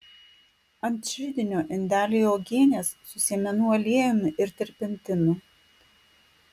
ant židinio indeliai uogienės su sėmenų aliejumi ir terpentinu